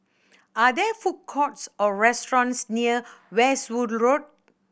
are there food courts or restaurants near Westwood Road